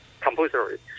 compulsory